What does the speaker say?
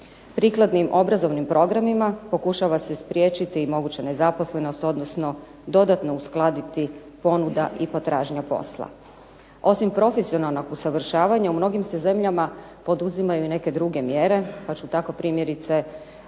Prikladnim obrazovnim programima pokušava se spriječiti i moguća nezaposlenost, odnosno dodatno uskladiti ponuda i potražnja posla. Osim profesionalnog usavršavanja u mnogim se zemljama poduzimaju neke druge mjere, pa ću tako primjerice